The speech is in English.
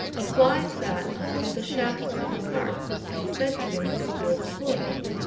a fly sat on one of the shafts of a cart and said to the mule who was pulling it,